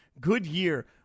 Goodyear